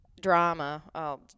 drama